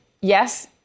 yes